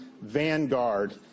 vanguard